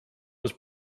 was